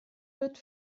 wird